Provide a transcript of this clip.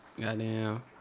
goddamn